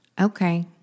Okay